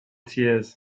tears